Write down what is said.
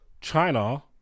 China